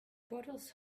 bottles